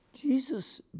Jesus